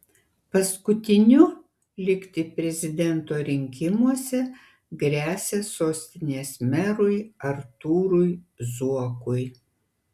paskutiniu likti prezidento rinkimuose gresia sostinės merui artūrui zuokui